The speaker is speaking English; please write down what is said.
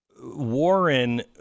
Warren